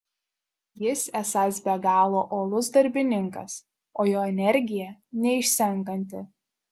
jis esąs be galo uolus darbininkas o jo energija neišsenkanti